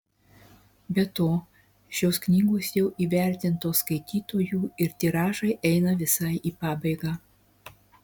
be to šios knygos jau įvertintos skaitytojų ir tiražai eina visai į pabaigą